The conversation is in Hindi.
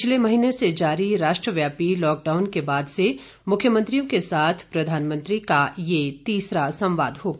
पिछले महीने से जारी राष्ट्रव्यायपी लॉकडाउन के बाद से मुख्यमंत्रियों के साथ प्रधानमंत्री का यह तीसरा संवाद होगा